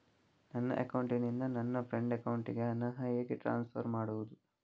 ನನ್ನ ಅಕೌಂಟಿನಿಂದ ನನ್ನ ಫ್ರೆಂಡ್ ಅಕೌಂಟಿಗೆ ಹಣ ಹೇಗೆ ಟ್ರಾನ್ಸ್ಫರ್ ಮಾಡುವುದು?